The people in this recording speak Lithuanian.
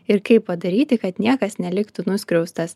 ir kaip padaryti kad niekas neliktų nuskriaustas